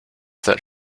that